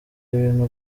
ibintu